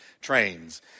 trains